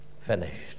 Finished